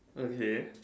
okay